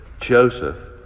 Joseph